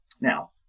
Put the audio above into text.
Now